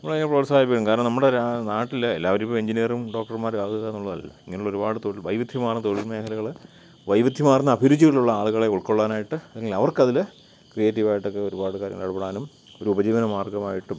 നമ്മളതിനെ പ്രോത്സാഹിപ്പിക്കണം കാരണം നമ്മുടെ രാ നാട്ടില് എല്ലാവരും ഇപ്പോള് എൻജിനീയറും ഡോക്ടർമാരും ആകുക എന്നുള്ളതല്ലല്ലോ ഇങ്ങനുള്ള ഒരുപാട് തൊഴിൽ വൈവിധ്യമാർന്ന തൊഴിൽ മേഖലകള് വൈവിധ്യമാർന്ന അഭിരുചികളുള്ള ആളുകളെ ഉൾക്കൊള്ളാനായിട്ട് അല്ലെങ്കിലവർക്കതില് ക്രിയേറ്റീവായിട്ടൊക്കെ ഒരുപാട് കാര്യങ്ങളില് എടപെടാനും ഒരു ഉപജീവനമാർഗ്ഗമായിട്ടും